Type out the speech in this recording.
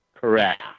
Correct